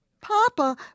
Papa